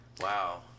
wow